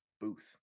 booth